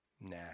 nah